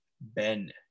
Ben